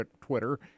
Twitter